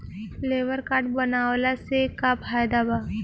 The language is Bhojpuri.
लेबर काड बनवाला से का फायदा बा?